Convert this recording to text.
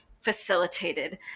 facilitated